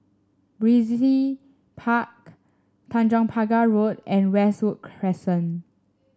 Park Tanjong Pagar Road and Westwood Crescent